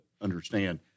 understand